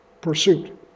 pursuit